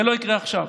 זה לא יקרה עכשיו,